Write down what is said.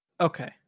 Okay